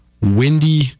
windy